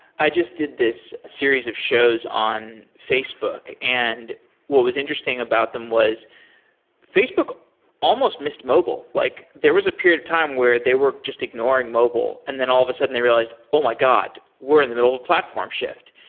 i just did this series of shows on facebook, and what was interesting about them was facebook almost missed mobile. like there was a period of time where they were just ignoring mobile and then all of a sudden they realized, oh my god! we're in the middle of a platform shift.